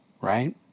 right